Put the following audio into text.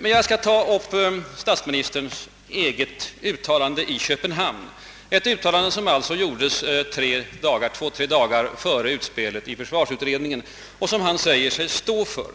Men jag skall ta upp statsministerns eget uttalande i Köpenhamn, ett uttalande som alltså gjordes två, tre dagar före utspelet i försvarsutredningen och som han säger sig stå för.